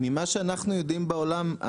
ממה שאנחנו יודעים בעולם,